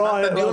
זימנת דיון